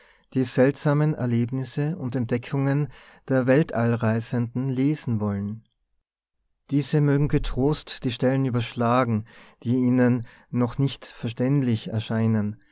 die seltsamen erlebnisse und entdeckungen der weltall reisenden lesen wollen diese mögen getrost die stellen überschlagen die ihnen noch nicht verständlich erscheinen